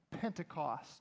Pentecost